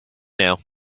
now